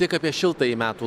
tik apie šiltąjį metų